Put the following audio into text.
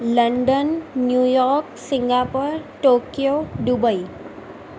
London New York Singapore Tokyo Dubai